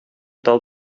тал